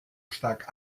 stark